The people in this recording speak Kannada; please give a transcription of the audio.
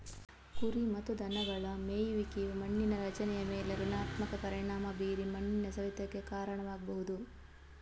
ಕುರಿ ಮತ್ತು ದನಗಳ ಮೇಯುವಿಕೆಯು ಮಣ್ಣಿನ ರಚನೆಯ ಮೇಲೆ ಋಣಾತ್ಮಕ ಪರಿಣಾಮ ಬೀರಿ ಮಣ್ಣಿನ ಸವೆತಕ್ಕೆ ಕಾರಣವಾಗ್ಬಹುದು